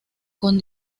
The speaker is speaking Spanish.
con